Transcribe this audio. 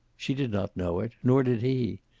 she did not know it, nor did he.